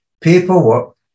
paperwork